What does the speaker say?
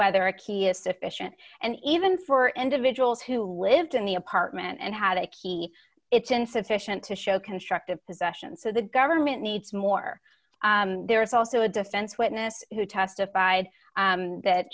whether a key is sufficient and even for individuals who lived in the apartment and had a key it's insufficient to show constructive possession so the government needs more there is also a defense witness who testified that